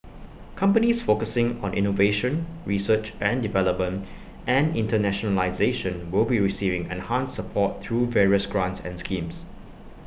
companies focusing on innovation research and development and internationalisation will be receiving enhanced support through various grants and schemes